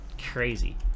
crazy